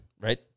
right